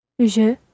Je